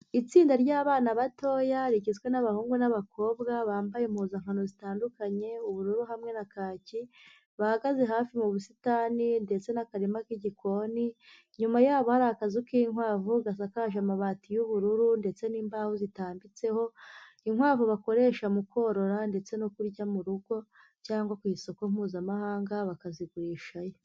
Itsinda ry'abana batoya, rigizwe n'abahungu n'abakobwa, bambaye impuzankano zitandukanye, ubururu hamwe na kaki, bahagaze hafi mu busitani, ndetse n'akarima k'igikoni, inyuma yabo hari akazu k'inkwavu, gasakaje amabati y'ubururu ndetse n'imbaho zitambitseho, inkwavu bakoresha mu korora ndetse no kurya mu rugo, cyangwa ku isoko Mpuzamahanga bakazigurishayo.